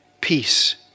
Peace